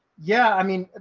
yeah, i mean,